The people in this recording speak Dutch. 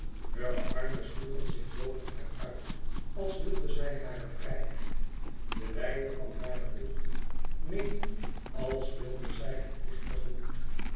heure armen sloegen zich boven haar uit als wilde zij hare vrijheid de wijdte van hare lucht meten als wilde zij het licht tegemoet